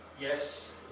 Yes